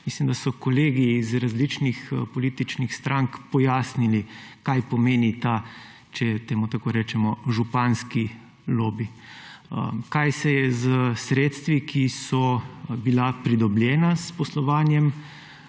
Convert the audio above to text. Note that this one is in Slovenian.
mislim, da so kolegi iz različnih političnih strank pojasnili, kaj pomeni ta, če temu tako rečem, županski lobi. Kaj se je s sredstvi, ki so bila pridobljena s poslovanjem